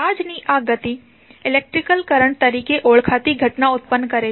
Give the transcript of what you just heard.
ચાર્જની આ ગતિ ઇલેક્ટ્રિક કરંટ તરીકે ઓળખાતી ઘટના ઉતપન્ન કરે છે